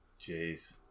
Jeez